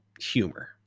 humor